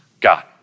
God